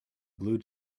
blue